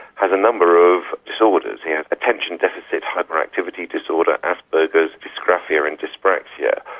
has a number of disorders. he has attention deficit hyperactivity disorder, asperger's, dysgraphia and dyspraxia.